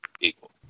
equal